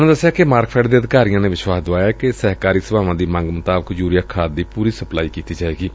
ਉਨ੍ਹਾਂ ਦਸਿਆ ਕਿ ਮਾਰਕਫੈੱਡ ਦੇ ਅਧਿਕਾਰੀਆਂ ਨੇ ਵਿਸ਼ਵਾਸ ਦੁਆਇਐ ਕਿ ਸਹਿਕਾਰੀ ਸਭਾਵਾਂ ਦੀ ਮੰਗ ਮੁਤਾਬਿਕ ਯੁਰੀਆ ਖਾਦ ਦੀ ਪੁਰੀ ਸਪਲਾਈ ਕੀਤੀ ਜਾਏਗੀ